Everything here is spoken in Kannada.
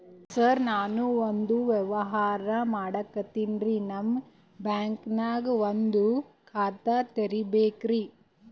ಸರ ನಾನು ಒಂದು ವ್ಯವಹಾರ ಮಾಡಕತಿನ್ರಿ, ನಿಮ್ ಬ್ಯಾಂಕನಗ ಒಂದು ಖಾತ ತೆರಿಬೇಕ್ರಿ?